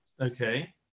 okay